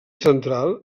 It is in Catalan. central